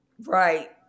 Right